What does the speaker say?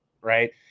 right